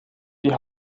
die